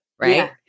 Right